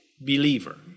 believer